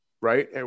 right